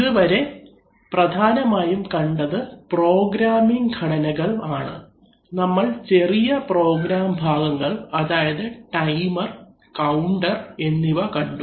ഇതുവരെ പ്രധാനമായും കണ്ടത് പ്രോഗ്രാമിംഗ് ഘടനകൾ ആണ് നമ്മൾ ചെറിയ പ്രോഗ്രാം ഭാഗങ്ങൾ അതായത് ടൈമർ കൌണ്ടർ എന്നിവ കണ്ടു